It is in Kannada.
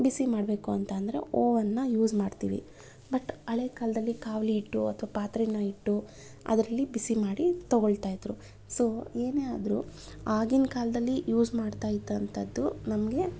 ಬಿಸಿ ಮಾಡಬೇಕು ಅಂತ ಅಂದರೆ ಓವನನ್ನ ಯೂಸ್ ಮಾಡ್ತೀವಿ ಬಟ್ ಹಳೆ ಕಾಲದಲ್ಲಿ ಕಾವಲಿ ಇಟ್ಟು ಅಥವಾ ಪಾತ್ರೇನ ಇಟ್ಟು ಅದರಲ್ಲಿ ಬಿಸಿ ಮಾಡಿ ತೊಗೊಳ್ತಾ ಇದ್ದರು ಸೊ ಏನೇ ಆದರೂ ಆಗಿನ ಕಾಲದಲ್ಲಿ ಯೂಸ್ ಮಾಡ್ತಾ ಇದ್ದಂಥದ್ದು ನಮಗೆ